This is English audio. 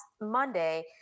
Monday